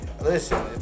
Listen